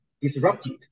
disrupted